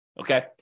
okay